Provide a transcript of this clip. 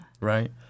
right